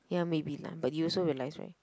ya maybe lah but you also realise right